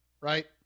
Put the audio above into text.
right